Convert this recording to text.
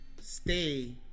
stay